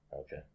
okay